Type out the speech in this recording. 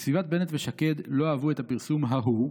בסביבת בנט ושקד לא אהבו את הפרסום ההוא,